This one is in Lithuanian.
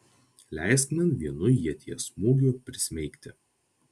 leisk man vienu ieties smūgiu prismeigti